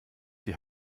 die